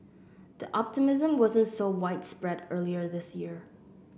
the optimism wasn't so widespread earlier this year